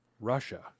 russia